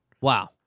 Wow